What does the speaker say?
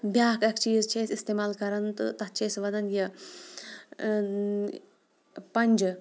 بیٛاکھ اَکھ چیٖز چھِ أسۍ استعمال کَران تہٕ تَتھ چھِ أسۍ وَنان یہِ پَنٛجہِ